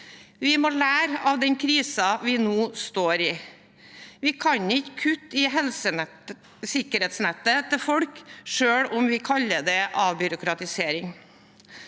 Vi må lære av den krisen vi nå står i. Vi kan ikke kutte i sikkerhetsnettet til folk selv om vi kaller det avbyråkratisering.